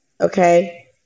okay